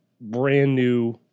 brand-new